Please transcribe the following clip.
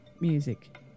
music